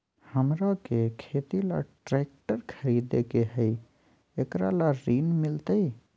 हमरा के खेती ला ट्रैक्टर खरीदे के हई, एकरा ला ऋण मिलतई?